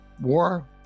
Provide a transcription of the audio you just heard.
war